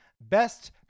best